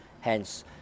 hence